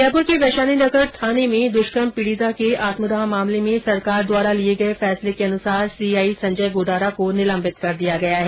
जयपुर के वैशालीनगर थाने में दुष्कर्म पीडिता के आत्मदाह मामले में सरकार द्वारा लिये गये फैसले के अनुसार सीआई संजय गोदारा को निलंबित कर दिया गया है